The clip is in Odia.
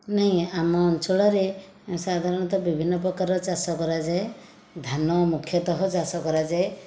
ନାଇଁ ଆମ ଅଞ୍ଚଳରେ ସାଧାରଣତଃ ବିଭିନ୍ନ ପ୍ରକାର ଚାଷ କରାଯାଏ ଧାନ ମୁଖ୍ୟତଃ ଚାଷ କରାଯାଏ